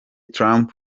trump